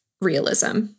realism